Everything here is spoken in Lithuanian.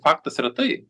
faktas yra tai